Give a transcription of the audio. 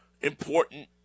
important